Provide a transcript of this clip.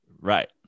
right